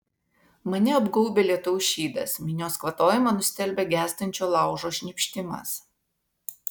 mane apgaubia lietaus šydas minios kvatojimą nustelbia gęstančio laužo šnypštimas